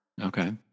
Okay